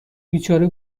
بیچاره